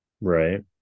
Right